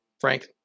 Frank